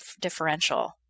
differential